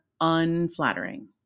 unflattering